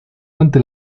ante